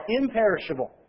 imperishable